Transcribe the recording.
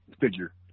figure